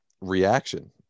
reaction